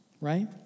Right